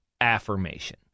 affirmation